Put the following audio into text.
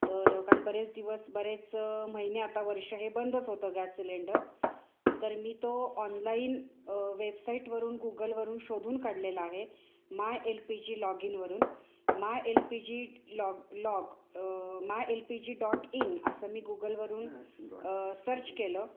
तर कारण बरेच दिवस बरेच महिने आता वर्ष हे बंदच होतं गॅस सिलेंडर तर मी तो ऑनलाईन वेबसाईटवरून गुगलवरून शोधून काढलेला आहे my L P G log इनवरून my L P G log log my L P G dot in असं मी गुगलवरून सर्च केलं